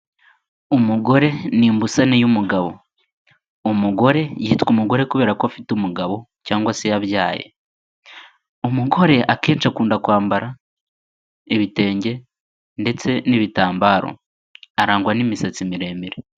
Umugore ni imbusane y'umugabo, umugore yitwa umugore kubera ko afite umugabo cyangwa se yabyaye, umugore akenshi akunda kwambara ibitenge ndetse n'ibitambaro, arangwa n'imisatsi miremire.